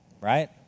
right